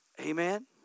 Amen